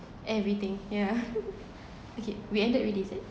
everything yeah okay we ended already is it